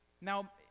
Now